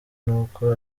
nuko